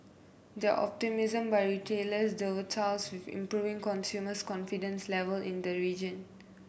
the optimism by retailers dovetails with improving consumer confidence level in the region